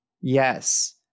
yes